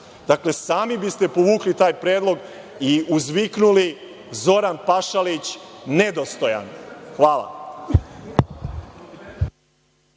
Dakle, sami biste povukli taj predlog i uzviknuli – Zoran Pašalić je nedostojan. Hvala.